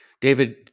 David